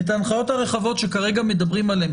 את ההנחיות הרחבות שכרגע מדברים עליהן,